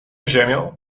ziemią